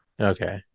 Okay